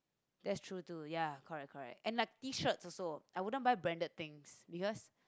that's true too ya correct correct and like T shirt also I wouldn't buy branded things because